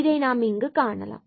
இதை நாம் இங்கு காணலாம்